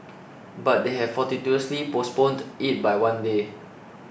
but they had fortuitously postponed it by one day